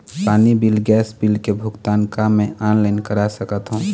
पानी bill gas bill के भुगतान का मैं ऑनलाइन करा सकथों?